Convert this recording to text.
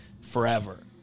forever